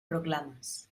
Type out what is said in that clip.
proclames